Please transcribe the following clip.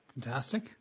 Fantastic